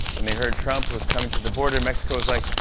when they heard trump was coming to the border, mexico was like,